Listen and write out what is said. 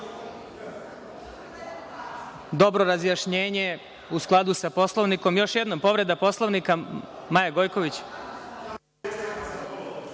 dobro razjašnjenje u skladu sa Poslovnikom. Još jednom povreda Poslovnika, reč ima Maja Gojković.